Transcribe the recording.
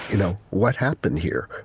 you know what happened here?